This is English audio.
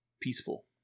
peaceful